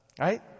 right